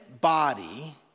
body